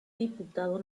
diputado